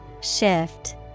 Shift